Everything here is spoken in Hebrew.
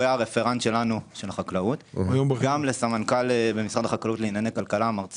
הרפרנט שלנו של החקלאות וגם למועמר סמנכ"ל לענייני כלכלה במשרד החקלאות